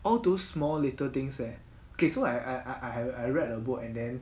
all those small little things that okay so I I I read a book and then